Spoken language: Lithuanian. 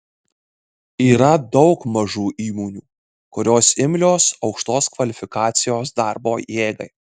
yra daug mažų įmonių kurios imlios aukštos kvalifikacijos darbo jėgai